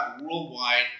worldwide